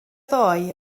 ddoe